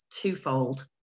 twofold